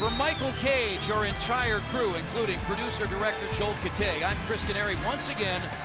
michael cage, our entire crew, including producer director joel katay, i'm chris denari. once again,